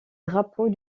drapeaux